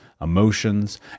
emotions